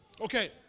Okay